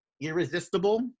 Irresistible